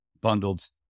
bundled